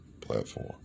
platform